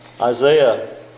Isaiah